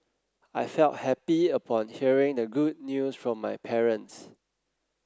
I felt happy upon hearing the good news from my parents